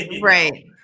Right